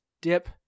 dip